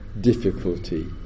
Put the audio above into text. difficulty